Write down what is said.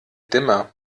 dimmer